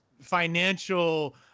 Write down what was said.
financial